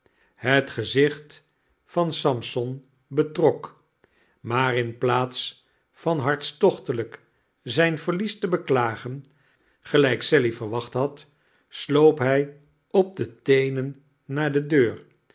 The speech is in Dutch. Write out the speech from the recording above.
het gezicht van sampson betrok maar in plaats van hartstochtelijk zijn verlies te beklagen gelijk sally verwacht had sloop hij op de teenen naar de deur